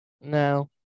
No